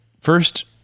First